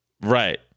Right